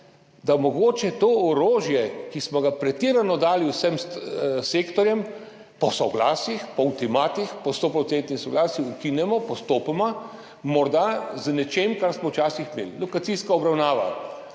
da mogoče to orožje, ki smo ga pretirano dali vsem sektorjem, po soglasjih, po ultimatih, po stoprocentnem soglasju, ukinemo, postopoma, morda z nečim, kar smo včasih imeli. Lokacijska obravnava.